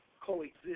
coexist